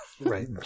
Right